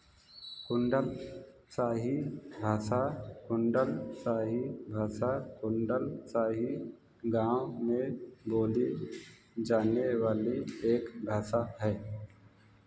कुंडल शाही भाषा कुंडल शाही भाषा कुंडल शाही गाँव में बोली जाने वाली एक भाषा है